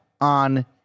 on